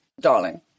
darling